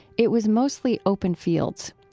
it was mostly open fields.